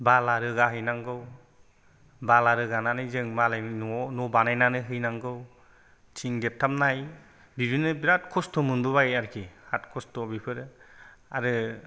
बाला रोगाहैनांगौ बाला रोगानानै जों मालायनि न'आव न' बानायहैनांगौ थिं देथाबनाय बिदिनो बिराद खस्थ' मोनबोबाय आरोखि बिराद खस्थ' बेफोरो आरो